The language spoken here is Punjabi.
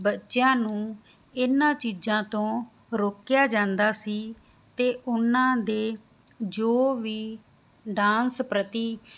ਬੱਚਿਆਂ ਨੂੰ ਇਹਨਾਂ ਚੀਜ਼ਾਂ ਤੋਂ ਰੋਕਿਆ ਜਾਂਦਾ ਸੀ ਤੇ ਉਹਨਾਂ ਦੇ ਜੋ ਵੀ ਡਾਂਸ ਪ੍ਰਤੀ